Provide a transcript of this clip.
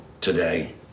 today